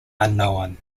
unknown